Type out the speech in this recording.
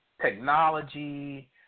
technology